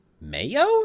Mayo